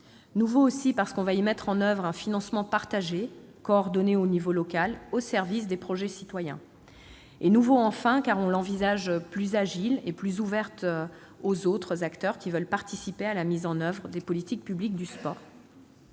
Nouveau aussi parce qu'on y mettra en oeuvre un financement partagé, coordonné à l'échelon local, au service des projets citoyens. Nouveau enfin, parce qu'on l'envisage plus agile et plus ouvert aux autres acteurs qui veulent participer à la mise en oeuvre des politiques publiques du sport.